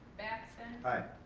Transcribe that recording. batson? aye.